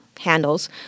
handles